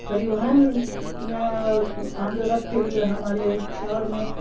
پریوہن آمد و رفت کے لیے ہمارے شہر میں